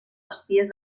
espies